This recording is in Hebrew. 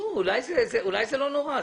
וכן למסור לו עותק ממנו לאחר החתימה.